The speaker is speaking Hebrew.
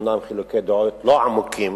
אומנם חילוקי דעות לא עמוקים,